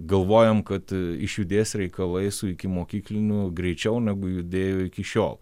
galvojom kad išjudės reikalai su ikimokyklinių greičiau negu judėjo iki šiol